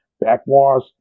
Backwash